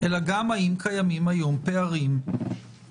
אלא גם האם קיימים היום פערים בהיערכות,